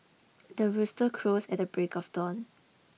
the rooster crows at the break of dawn